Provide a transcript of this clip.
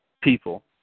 people